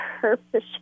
purpose